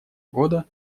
года